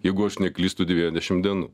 jeigu aš neklystu devyniasdešim dienų